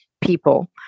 people